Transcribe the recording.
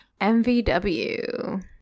MVW